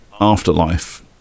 Afterlife